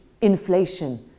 inflation